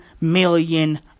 million